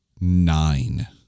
nine